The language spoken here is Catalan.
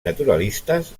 naturalistes